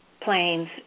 planes